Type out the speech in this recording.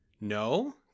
No